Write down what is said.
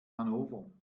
hannover